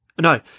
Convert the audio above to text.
No